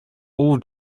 all